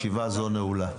ישיבה זו נעולה.